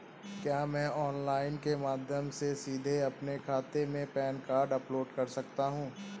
क्या मैं ऑनलाइन के माध्यम से सीधे अपने खाते में पैन कार्ड अपलोड कर सकता हूँ?